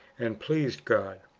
and pleased god.